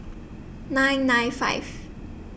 nine nine five